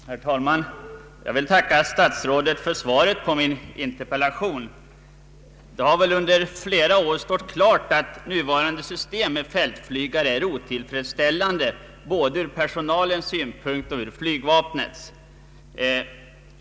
Herr talman! Jag vill tacka herr statsrådet för svaret på min interpellation. Det har under flera år stått klart att nuvarande system med fältflygare är otillfredsställande både från personalens synpunkt och från flygvapnets.